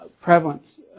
Prevalence